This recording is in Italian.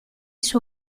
suo